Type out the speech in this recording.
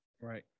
right